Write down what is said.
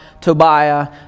Tobiah